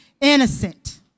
innocent